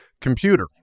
computer